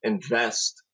invest